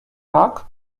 tak